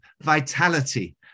vitality